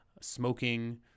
smoking